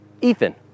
Ethan